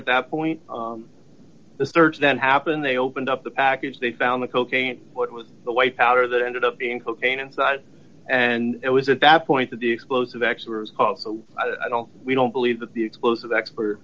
at that point the search then happened they opened up the package they found the cocaine what was the white powder that ended up being cocaine inside and it was at that point that the explosive actually was called so i don't we don't believe that the explosive expert